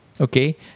Okay